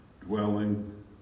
dwelling